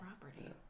property